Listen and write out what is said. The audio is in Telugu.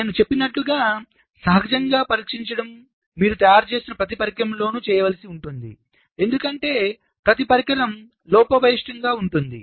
నేను చెప్పినట్లుగా సహజంగా పరీక్షించడం మీరు తయారుచేస్తున్న ప్రతి పరికరంలోనూ చేయవలసి ఉంటుంది ఎందుకంటే ప్రతి పరికరం లోపభూయిష్టంగా ఉంటుంది